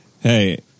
hey